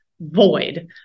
void